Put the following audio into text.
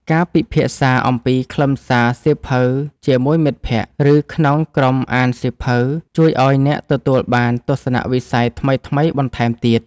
ការពិភាក្សាអំពីខ្លឹមសារសៀវភៅជាមួយមិត្តភក្ដិ ឬក្នុងក្រុមអានសៀវភៅ ជួយឱ្យអ្នកទទួលបានទស្សនវិស័យថ្មីៗបន្ថែមទៀត។